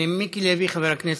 מיקי לוי, חבר הכנסת.